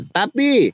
tapi